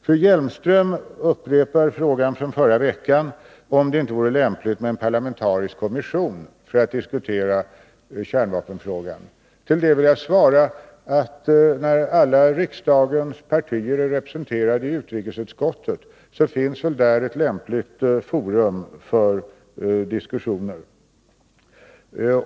Fru Hjelmström upprepar frågan från förra veckan om det inte vore lämpligt med en parlamentarisk kommission för att diskutera kärnvapenfrågan. På det vill jag svara att när alla riksdagspartier är representerade i utrikesutskottet är väl detta ett lämpligt forum för diskussioner.